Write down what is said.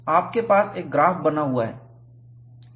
आपके पास एक ग्राफ बना हुआ है